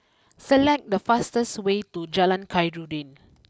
select the fastest way to Jalan Khairuddin